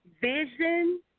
vision